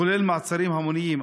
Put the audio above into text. כולל מעצרים המוניים.